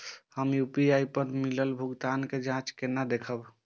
हम यू.पी.आई पर मिलल भुगतान के जाँच केना देखब?